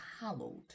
hallowed